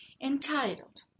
entitled